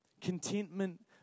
Contentment